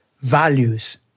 values